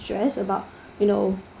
stress about you know